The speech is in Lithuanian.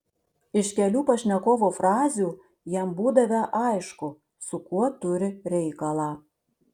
iš kelių pašnekovo frazių jam būdavę aišku su kuo turi reikalą